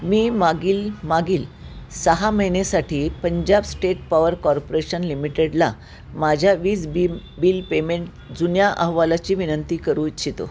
मी मागील मागील सहा महिनेसाठी पंजाब स्टेट पॉवर कॉर्पोरेशन लिमिटेडला माझ्या वीज बीम बील पेमेंट जुन्या अहवालाची विनंती करू इच्छितो